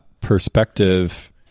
perspective